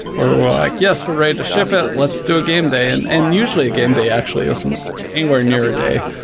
we're we're like, yes, we're ready to ship it. let's do a game day. and and usually a game day actually isn't anywhere near a day.